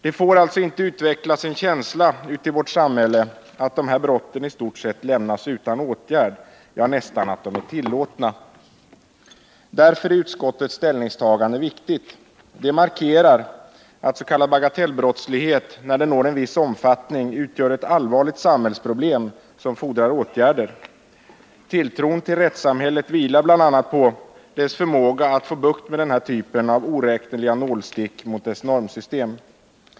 Det får alltså inte utvecklas en känsla ute i vårt samhälle att dessa brott i stort sett lämnas utan åtgärd, ja, nästan är tillåtna. Därför är utskottets ställningstagande viktigt. Det markerar att s.k. bagatellbrottslighet när den når en viss omfattning utgör ett allvarligt samhällsproblem som fordrar åtgärder. Tilltron till rättssamhället vilar bl.a. på dess förmåga att få bukt med denna typ av oräkneliga nålstick mot dess normsystem.